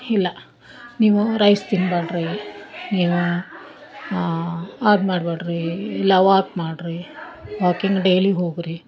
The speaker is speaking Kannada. ಇಲ್ಲ ನೀವು ರೈಸ್ ತಿನ್ಬ್ಯಾಡ್ರಿ ನೀವು ಅದು ಮಾಡ್ಬ್ಯಾಡ್ರಿ ಇಲ್ಲ ವಾಕ್ ಮಾಡ್ರಿ ವಾಕಿಂಗ್ ಡೈಲಿ ಹೋಗ್ರಿ